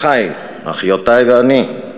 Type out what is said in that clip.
אחי, אחיותי ואני,